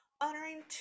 honoring